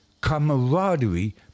camaraderie